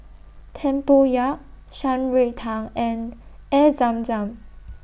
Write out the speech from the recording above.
Tempoyak Shan Rui Tang and Air Zam Zam